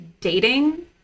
dating